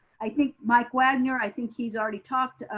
i think mike wagner, i think he's already talked.